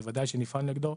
בוודאי שנפעל נגדו.